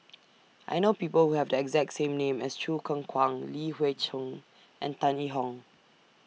I know People Who Have The exact name as Choo Keng Kwang Li Hui Cheng and Tan Yee Hong